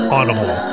Audible